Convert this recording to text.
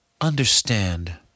understand